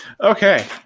okay